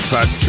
Fat